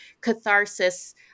catharsis